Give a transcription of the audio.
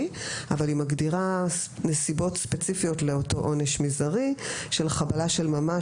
אבל היא מגדירה נסיבות ספציפיות לאותו עונש מזערי של חבלה של ממש